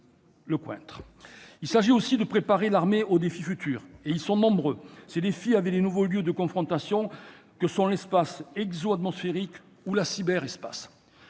Lecointre. Il s'agit aussi de préparer l'armée aux défis futurs, qui sont nombreux, avec les nouveaux lieux de confrontations que sont l'espace exoatmosphérique ou le cyberespace.